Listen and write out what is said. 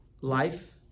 life